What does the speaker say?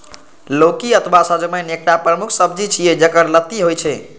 लौकी अथवा सजमनि एकटा प्रमुख सब्जी छियै, जेकर लत्ती होइ छै